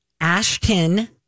Ashton